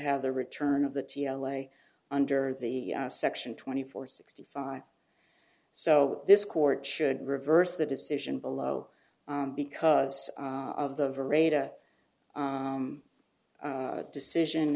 have the return of the t l a under the section twenty four sixty five so this court should reverse the decision below because of the reda decision